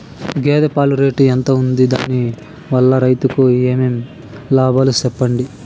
గేదె పాలు రేటు ఎంత వుంది? దాని వల్ల రైతుకు ఏమేం లాభాలు సెప్పండి?